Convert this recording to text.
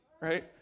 right